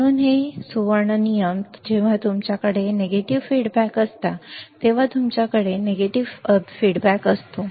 म्हणून हे सुवर्ण नियम जेव्हा तुमच्याकडे नकारात्मक अभिप्राय असतात जेव्हा तुमच्याकडे नकारात्मक अभिप्राय असतो